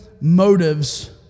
motives